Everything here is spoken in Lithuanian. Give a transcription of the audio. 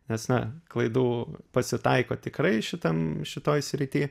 nes na klaidų pasitaiko tikrai šitam šitoj srityj